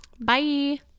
Bye